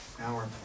hour